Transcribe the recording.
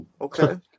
Okay